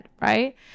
right